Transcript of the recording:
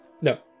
no